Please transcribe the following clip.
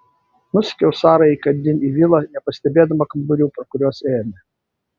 nusekiau sarai įkandin į vilą nepastebėdama kambarių pro kuriuos ėjome